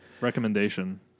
recommendation